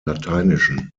lateinischen